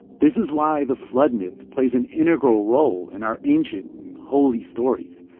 this is why the flood myth plays an integral role in our ancient and holy stories.